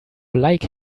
like